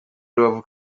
rubavu